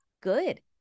good